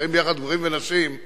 חיים ביחד גברים ונשים,